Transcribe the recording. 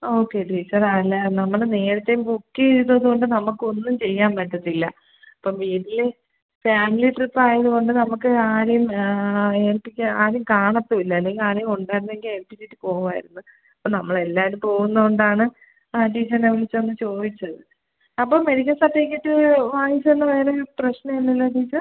okay teacher അല്ല നമ്മൾ നേരത്തെ ബുക്ക് ചെയ്തതോണ്ട് നമുക്കൊന്നും ചെയ്യാൻ പറ്റത്തില്ല അപ്പം വീട്ടിൽ ഫാമിലി ട്രിപ്പായത് കൊണ്ട് നമുക്ക് ആരെയും ഏൽപ്പിക്കാൻ ആരും കാണത്തുവില്ല അല്ലെങ്കിൽ ആരേലു ഉണ്ടായിരുന്നെങ്കിൽ ഏൽപ്പിച്ചിട്ട് പോവാമായിരുന്നു ഇപ്പം നമ്മളെല്ലാവരും പോവുന്നോണ്ടാണ് ആ ടീച്ചർനെ വിളിച്ചൊന്ന് ചോദിച്ചത് അപ്പം മെഡിക്കൽ സർട്ടിഫിക്കറ്റ് വാങ്ങിച്ചോണ്ട് വേറേ പ്രശ്നം ഇല്ലല്ലൊ ടീച്ചർ